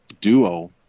duo